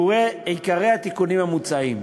עיקרי התיקונים המוצעים: